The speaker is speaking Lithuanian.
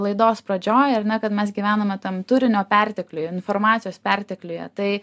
laidos pradžioj ar ne kad mes gyvename tam turinio pertekliuj informacijos pertekliuje tai